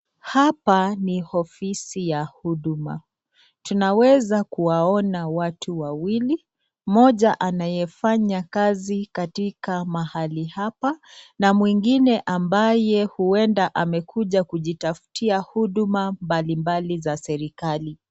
Hapa ni ofisi ya Huduma. Tunaweza kuwaona watu wawili. Moja anayefanya kazi katika mahali hapa na mwengine ambaye huenda amekuja kujitafutia huduma mbalimbali za serikali.